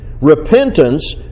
Repentance